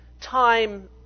time